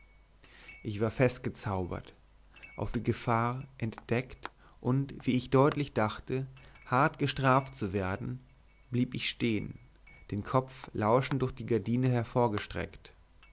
ich war fest gezaubert auf die gefahr entdeckt und wie ich deutlich dachte hart gestraft zu werden blieb ich stehen den kopf lauschend durch die gardine